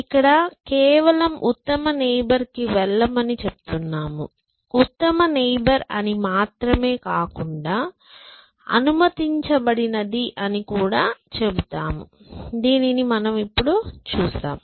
ఇక్కడ కేవలం ఉత్తమ నైబర్ కి వెళ్లమని చెప్తున్నాము ఉత్తమ నైబర్ అని మాత్రమే కాకుండా అనుమతించబడినది అని కూడా చెబుతారు దీనిని మనం ఇప్పుడు చూస్తాము